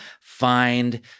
find